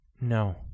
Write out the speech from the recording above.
no